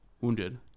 wounded